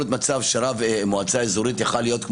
רב מועצה אזורית יכול להיות על 54 יישובים,